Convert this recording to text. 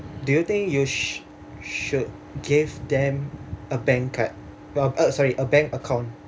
do you think you should give them a bank card uh sorry a bank account